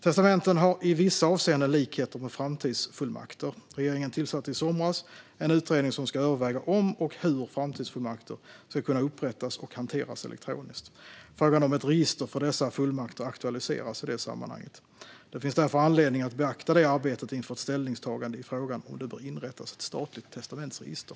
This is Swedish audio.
Testamenten har i vissa avseenden likheter med framtidsfullmakter. Regeringen tillsatte i somras en utredning som ska överväga om och hur framtidsfullmakter ska kunna upprättas och hanteras elektroniskt. Frågan om ett register för dessa fullmakter aktualiseras i det sammanhanget. Det finns därför anledning att beakta det arbetet inför ett ställningstagande i frågan om det bör inrättas ett statligt testamentsregister.